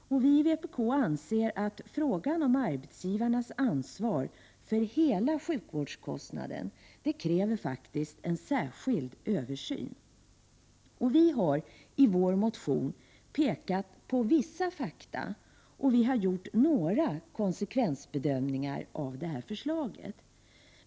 Vi i vpk anser att frågan om arbetsgivarnas ansvar för hela sjukvårdskostnaden faktiskt kräver en särskild översyn. Vi har i vår motion pekat på vissa fakta, och vi har gjort några konsekvensbedömningar av förslaget.